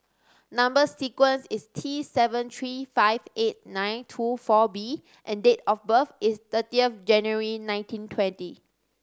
number sequence is T seven three five eight nine two four B and date of birth is thirty of January nineteen twenty